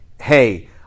hey